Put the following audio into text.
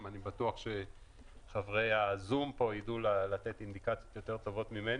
אני בטוח שהנוכחים בזום יידעו לתת אינדיקציות טובות יותר ממני.